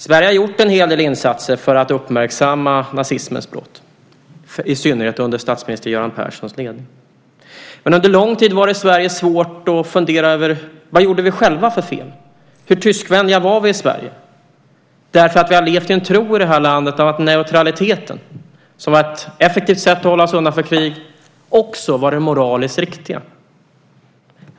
Sverige har gjort en hel del insatser för att uppmärksamma nazismens brott, i synnerhet under statsminister Göran Perssons ledning. Men under lång tid var det i Sverige svårt att fundera över vad vi själva gjorde för fel. Hur tyskvänliga var vi i Sverige? Vi har levt i en tro i det här landet att neutraliteten, som var ett effektivt sätt att hålla oss undan från krig, också var det moraliskt riktiga.